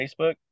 Facebook